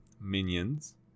Minions